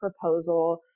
proposal